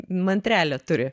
mantrelę turi